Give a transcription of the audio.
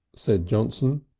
said johnson.